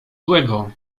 złego